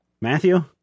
Matthew